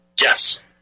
Yes